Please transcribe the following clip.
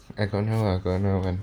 I got another one I got another one